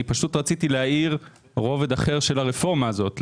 אני פשוט רציתי להאיר רובד אחר של הרפורמה הזאת.